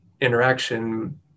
interaction